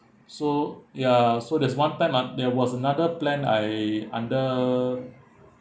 so ya so there's one time uh there was another plan I under